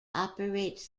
operates